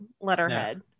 letterhead